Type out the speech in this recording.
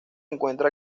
encuentra